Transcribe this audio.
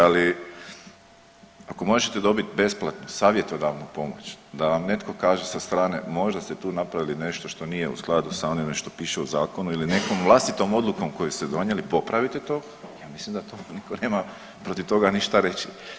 Ali ako možete besplatno dobiti savjetodavnu pomoć, da vam netko kaže sa strane možda ste tu napravili nešto što nije u skladu sa onime što piše u zakonu ili nekom vlastitom odlukom koju ste donijeli popravite to, ja mislim da tu nitko nema protiv toga ništa reći.